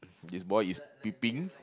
this boy is peeping